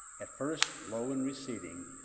at first low and receding,